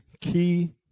Key